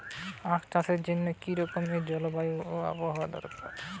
আখ চাষের জন্য কি রকম জলবায়ু ও আবহাওয়া দরকার?